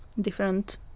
different